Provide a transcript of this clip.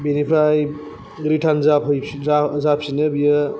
बिनिफ्राय रिटार्न जाफैफिनो बियो